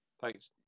Thanks